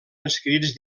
escrits